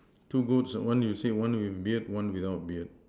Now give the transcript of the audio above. two goats one you say one with beard one without beard